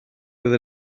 fydd